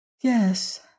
Yes